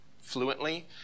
fluently